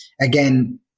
again